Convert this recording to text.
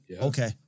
okay